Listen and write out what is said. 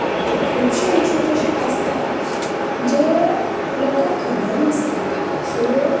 म्हणजे खुबशे इशू अशें आसतात जे लोकांक खबर नासता सो